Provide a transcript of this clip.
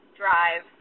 drive